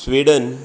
Sweden